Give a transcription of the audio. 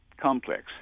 complex